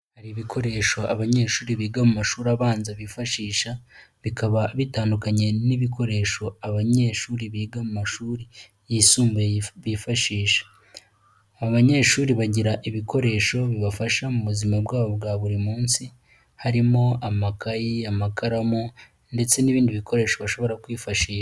Hari ibikoresho abanyeshuri biga mu mashuri abanza bifashisha bikaba bitandukanye n'ibikoresho abanyeshuri biga mu mashuri yisumbuye bishisha. Abanyeshuri bagira ibikoresho bibafasha mu buzima bwabo bwa buri munsi, harimo amakayi, amakaramu ndetse n'ibindi bikoresho bashobora kwifashisha.